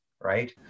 right